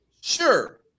Sure